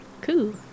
Cool